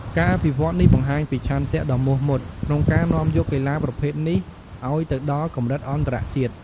ការអភិវឌ្ឍនេះបង្ហាញពីឆន្ទៈដ៏មោះមុតក្នុងការនាំយកកីឡាប្រភេទនេះឱ្យទៅដល់កម្រិតអន្តរជាតិ។